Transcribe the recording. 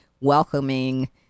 welcoming